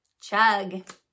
chug